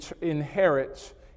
inherit